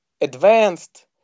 advanced